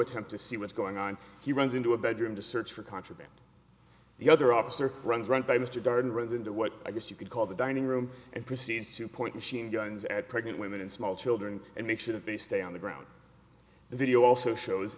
attempt to see what's going on he runs into a bedroom to search for contraband the other officer runs right by mr darden runs into what i guess you could call the dining room and proceeds to point the sheen guns at pregnant women and small children and make sure that they stay on the ground the video also shows